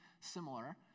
similar